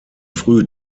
früh